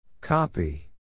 Copy